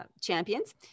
champions